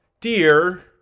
dear